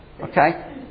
Okay